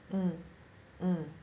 mm mm